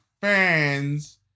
fans